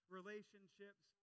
relationships